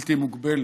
בלתי מוגבלת.